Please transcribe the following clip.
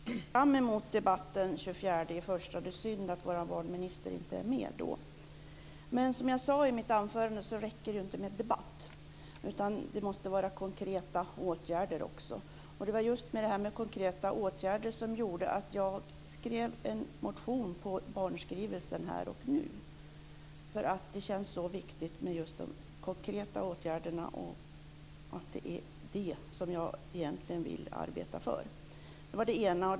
Fru talman! Jag ser fram emot debatten den 24 januari. Det är synd att vår barnminister inte är med då. Som jag sade i mitt anförande räcker det inte med debatt. Det måste till konkreta åtgärder också. Det var just frågan om konkreta åtgärder som gjorde att jag skrev en motion på barnskrivelsen Här och nu. Det känns så viktigt med de konkreta åtgärderna, och det är dem jag egentligen vill arbeta för.